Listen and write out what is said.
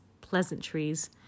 pleasantries